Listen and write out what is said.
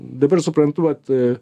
dabar suprantu vat